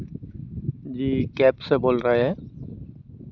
जी cab से बोल रहे हैं